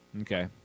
Okay